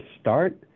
start